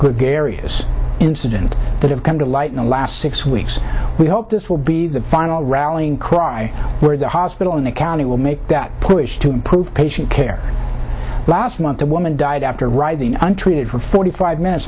gary incident that have come to light in the last six weeks we hope this will be the final rallying cry where the hospital in the county will make that push to improve patient care last month the woman died after rising untreated for forty five minutes